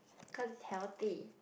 cause it's healthy